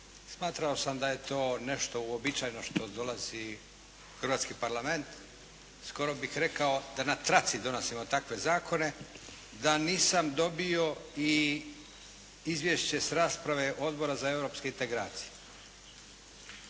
smatrao sam da je to nešto uobičajeno što dolazi u hrvatski Parlament, skoro bih rekao da na traci donosimo takve zakone, da nisam dobio i izvješće s rasprave Odbora za europske integracije.